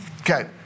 okay